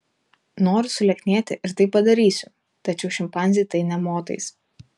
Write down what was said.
noriu sulieknėti ir tai padarysiu tačiau šimpanzei tai nė motais